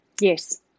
Yes